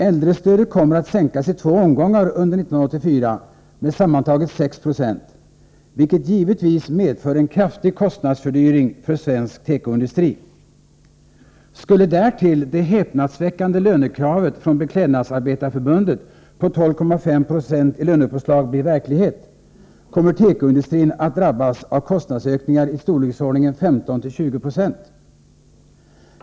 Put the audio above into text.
Äldrestödet kommer att sänkas i två omgångar under 1984 med sammantaget 6 90, vilket givetvis medför en kraftig kostnadsfördyring för svensk tekoindustri. Skulle därtill det häpnadsväckande lönekravet från Beklädnadsarbetareförbundet på 12,5 20 i lönepåslag bli verklighet, kommer tekoindustrin att drabbas av kostnadsökningar i storleksordningen 15-20 76.